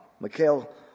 Mikhail